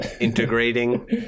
integrating